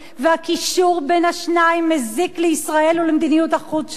והקישור בין השניים מזיק לישראל ולמדיניות החוץ שלה.